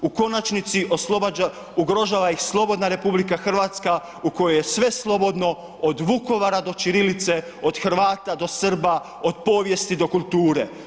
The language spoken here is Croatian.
U konačnici ugrožava ih slobodna RH u kojoj je sve slobodno od Vukovara do ćirilice, od Hrvata do Srba, od povijesti do kulture.